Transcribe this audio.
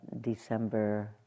December